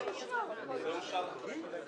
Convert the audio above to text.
הישיבה ננעלה בשעה 12:45.